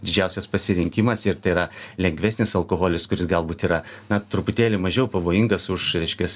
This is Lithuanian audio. didžiausias pasirinkimas ir tai yra lengvesnis alkoholis kuris galbūt yra na truputėlį mažiau pavojingas už reiškias